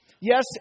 Yes